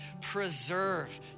preserve